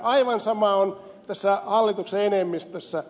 aivan sama on tässä hallituksen enemmistössä